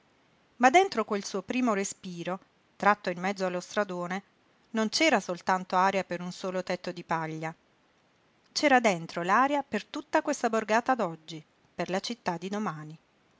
ma dentro quel suo primo respiro tratto in mezzo allo stradone non c'era soltanto aria per un solo tetto di paglia c'era dentro l'aria per tutta questa borgata d'oggi per la città di domani